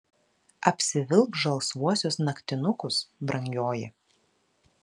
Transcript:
apsivilk žalsvuosius naktinukus brangioji